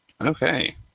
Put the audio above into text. Okay